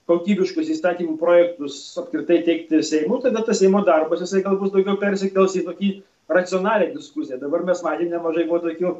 kokybiškus įstatymų projektus apskritai teikti seimui tada tas seimo darbas jisai gal bus daugiau persikels į tokį racionalią diskusiją dabar mes matėm nemažai buvo tokių